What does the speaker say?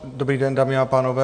Dobrý den, dámy a pánové.